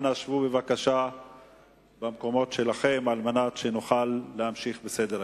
אנא שבו בבקשה במקומות שלכם על מנת שנוכל להמשיך בסדר-היום.